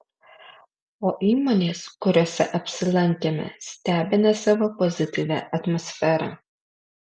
o įmonės kuriose apsilankėme stebina savo pozityvia atmosfera